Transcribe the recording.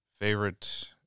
favorite